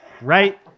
Right